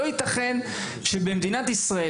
לא יתכן שבמדינת ישראל,